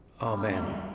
Amen